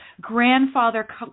grandfather